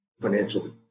financially